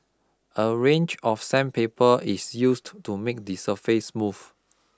a range of sandpaper is used to make the surface smooth